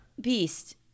beast